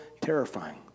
terrifying